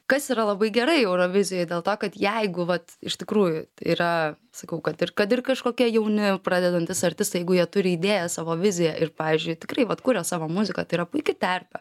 kas yra labai gerai eurovizijoj dėl to kad jeigu vat iš tikrųjų yra sakau kad ir kad ir kažkokie jauni pradedantys artistai jeigu jie turi idėją savo viziją ir pavyzdžiui tikrai vat kuria savo muziką tai yra puiki terpė